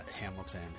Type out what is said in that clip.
Hamilton